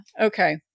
okay